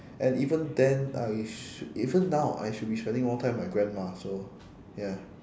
and even then I shou~ even now I should be spending more time with my grandma so ya